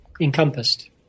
encompassed